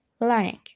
learning